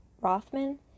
Rothman